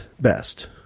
best